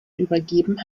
übergeben